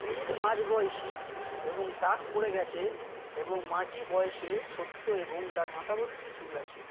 বিল মাঝবয়সী এবং টাক পড়ে গিয়েছে এবং মাটি বয়সে ছোট্ট এবং তার মাথা ভর্তি চুল আছে